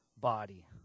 body